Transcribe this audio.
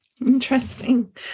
Interesting